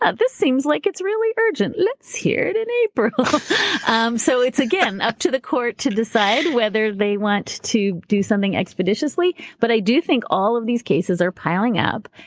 ah this seems like it's really urgent. let's hear it in april. um so it's again up to the court to decide whether they want to do something expeditiously. but i do think all of these cases are piling up,